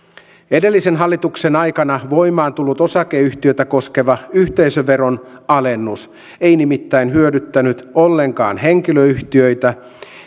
edellisen hallituksen aikana voimaan tullut osakeyhtiöitä koskeva yhteisöveron alennus ei nimittäin hyödyttänyt ollenkaan henkilöyhtiöitä